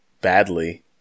badly